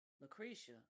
lucretia